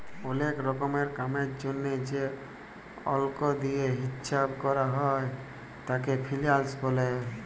ওলেক রকমের কামের জনহে যে অল্ক দিয়া হিচ্চাব ক্যরা হ্যয় তাকে ফিন্যান্স ব্যলে